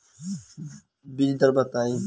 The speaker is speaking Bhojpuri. बीज दर बताई?